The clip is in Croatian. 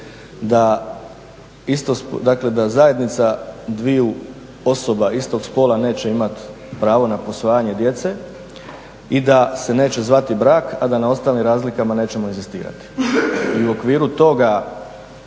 da zajednica dviju osoba istog spola neće imati pravo na posvajanje djece i da se neće zvati brak a da na ostalim razlikama nećemo inzistirati. I u okviru toga